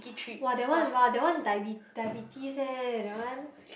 [wah] that one [wah] that one dia~ diabetes eh that one